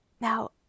now